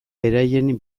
beraien